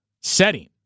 setting